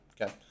okay